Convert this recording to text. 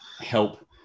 help